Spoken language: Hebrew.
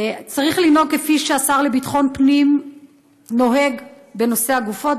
צריך לנהוג כפי שהשר לביטחון הפנים נוהג בנושא הגופות,